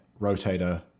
Rotator